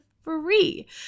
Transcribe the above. free